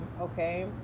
okay